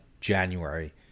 January